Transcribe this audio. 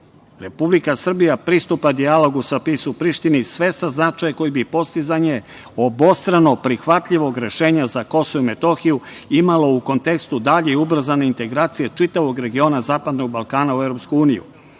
Republika Srbija pristupa dijalogu sa PIS u Prištini svesna značaja koji bi postizanje obostranog prihvatljivog rešenja za Kosovo i Metohiju imalo u kontekstu dalje i ubrzane integracije čitavog regiona zapadnog Balkana u EU.Ova